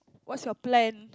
what's your plan